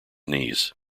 knees